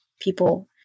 people